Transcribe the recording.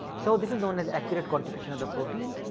so, this is known as accurate quantification of the protein,